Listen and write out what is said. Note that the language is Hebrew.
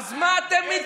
איזו גמרא אתה יודע?